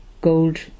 gold